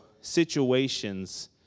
situations